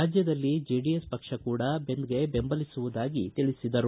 ರಾಜ್ಯದಲ್ಲಿ ಜೆಡಿಎಸ್ ಪಕ್ಷವೂ ಕೂಡ ಬಂದ್ ಬೆಂಬಲಿಸುವುದಾಗಿ ಹೇಳಿದರು